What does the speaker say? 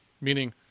Meaning